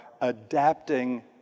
adapting